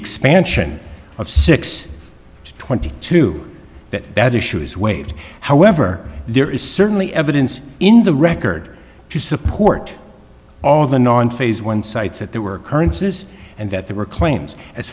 expansion of six to twenty two that that issue is waived however there is certainly evidence in the record to support all the non phase one sites that there were occurrences and that there were claims as